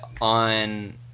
on